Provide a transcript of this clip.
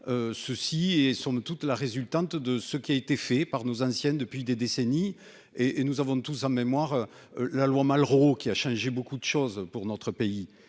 ceci est somme toute la résultante de ce qui a été fait par nos anciennes depuis des décennies et et nous avons tous en mémoire la loi Malraux qui a changé beaucoup de choses pour notre pays